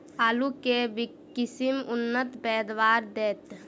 आलु केँ के किसिम उन्नत पैदावार देत?